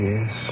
Yes